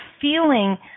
feeling